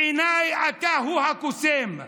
בעיניי אתה הוא הקוסם,